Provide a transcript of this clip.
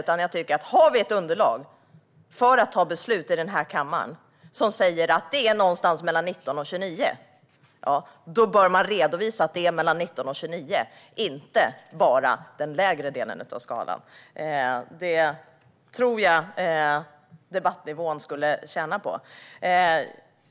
Om vi har ett underlag för att fatta beslut här i kammaren som säger att det ligger någonstans mellan 19 och 29 tycker jag att man bör redovisa detta, inte bara den lägre delen av skalan. Det tror jag att debattnivån skulle tjäna på.